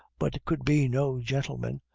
but could be no gentleman,